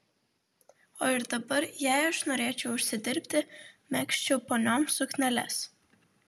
o ir dabar jei aš norėčiau užsidirbti megzčiau ponioms sukneles